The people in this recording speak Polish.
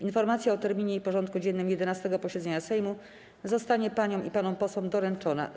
Informacja o terminie i porządku dziennym 11. posiedzenia Sejmu zostanie paniom i panom posłom doręczona.